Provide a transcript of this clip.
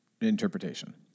interpretation